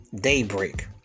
Daybreak